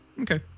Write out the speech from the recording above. Okay